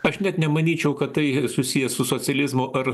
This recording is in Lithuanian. aš net nemanyčiau kad tai yra susiję su socializmu ar